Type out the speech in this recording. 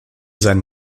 sein